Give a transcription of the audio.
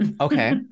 Okay